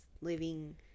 living